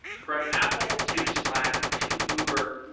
from apple, to slack, to uber,